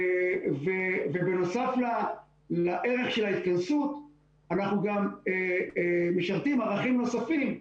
ובנוסף לערך של ההתכנסות אנחנו גם משרתים ערכים נוספים,